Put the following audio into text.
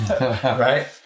Right